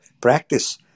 practice